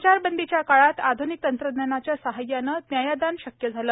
संचारबंदीकाळात आध्निक तंत्रज्ञानाच्या सहाय्याने न्यायदान शक्य झाले